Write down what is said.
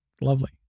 Lovely